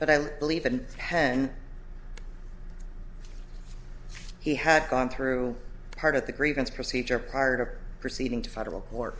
but i'll believe in ten he had gone through part of the grievance procedure part of proceeding to federal court